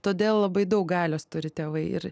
todėl labai daug galios turi tėvai ir